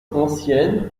ancienne